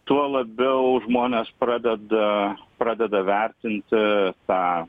tuo labiau žmonės pradeda pradeda vertinti tą